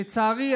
לצערי,